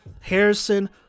Harrison